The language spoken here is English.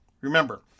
Remember